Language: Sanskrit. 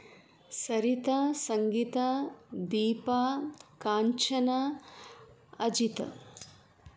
सरिता सङ्गीता दीपा काञ्चना अजित्